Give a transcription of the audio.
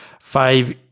five